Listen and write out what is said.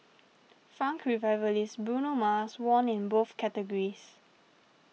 funk revivalist Bruno Mars won in both categories